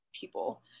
people